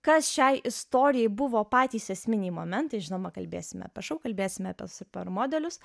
kas šiai istorijai buvo patys esminiai momentai žinoma kalbėsime apie šou kalbėsime apie super modelius